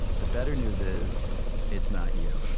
the better news is it's not you.